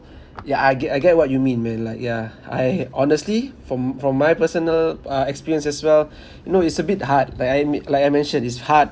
yeah I get I get what you mean man like yeah I honestly from from my personal uh experience as well you know it's a bit hard like I me~ like I mentioned it's hard